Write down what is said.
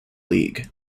league